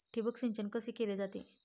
ठिबक सिंचन कसे केले जाते?